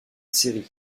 série